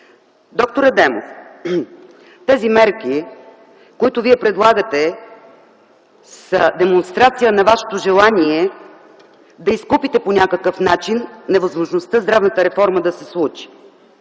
Доктор Адемов, тези мерки, които Вие предлагате, са демонстрация на вашето желание да изкупите по някакъв начин невъзможността здравната реформа да се случи,